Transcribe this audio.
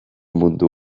mundu